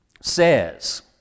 says